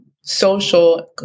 social